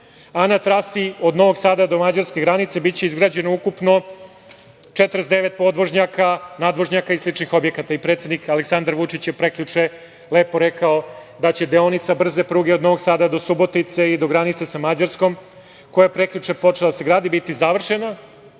a na trasi od Novog Sada do mađarske granice biće izgrađeno ukupno 49 podvožnjaka, nadvožnjaka i sličnih objekata i predsednik Aleksandar Vučić je prekjuče lepo rekao da će deonica brze pruge od Novog Sada do Subotice i do granice sa Mađarskom, koja je prekjuče počela da se gradi, biti završena